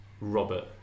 Robert